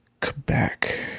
Quebec